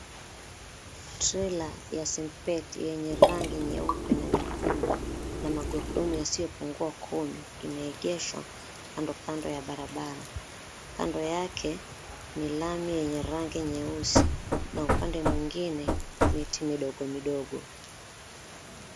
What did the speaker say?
Trela ya sempet yenye rangi nyeupe na nyekundu na maghurudumu yasiopungua kumi imeegeshwa kando kando ya barabara. Kando yake ni lami yenye rangi nyeusi na upande mwingine miti midogo midogo.